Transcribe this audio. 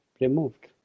removed